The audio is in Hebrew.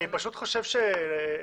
אני פחות חושב שזה,